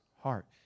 heart